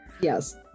yes